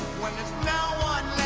when there's no one